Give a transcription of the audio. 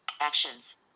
actions